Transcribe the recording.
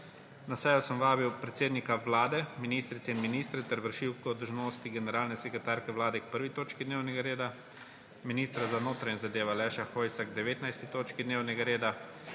Na sejo sem vabil predsednika Vlade, ministrice in ministre ter vršilko dolžnosti generalne sekretarke Vlade k 1. točki dnevnega reda, ministra za notranje zadeve Aleša Hojsa k 19. točki dnevnega reda,